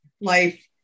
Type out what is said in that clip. life